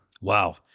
Wow